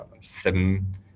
seven